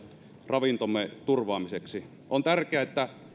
ravintomme turvaamiseksi on tärkeää että